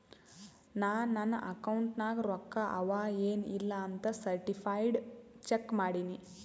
ನಾ ನನ್ ಅಕೌಂಟ್ ನಾಗ್ ರೊಕ್ಕಾ ಅವಾ ಎನ್ ಇಲ್ಲ ಅಂತ ಸರ್ಟಿಫೈಡ್ ಚೆಕ್ ಮಾಡಿನಿ